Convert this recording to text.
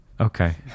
Okay